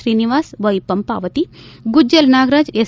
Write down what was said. Srinivasa Y Pampavathi Gujjala Nagaraja S